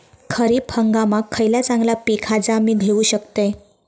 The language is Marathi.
खरीप हंगामाक खयला चांगला पीक हा जा मी घेऊ शकतय?